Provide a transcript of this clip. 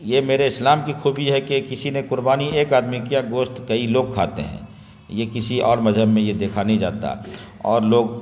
یہ میرے اسلام کی کھوبی ہے کہ کسی نے قربانی ایک آدمی کیا گوشت کئی لوگ کھاتے ہیں یہ کسی اور مذہب میں یہ دیکھا نہیں جاتا اور لوگ